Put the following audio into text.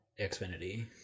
Xfinity